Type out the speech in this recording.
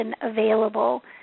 available